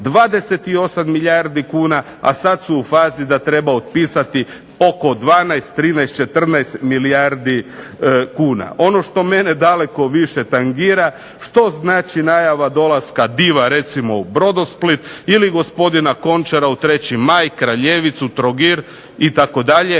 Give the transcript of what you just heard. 28 milijardi kuna, a sad su u fazi da treba otpisati oko 12, 13, 14 milijardi kuna. Ono što mene daleko više tangira, što znači najava dolaska diva recimo u Brodosplit, ili gospodina Končara u 3. maj, Kraljevicu, Trogir, itd.,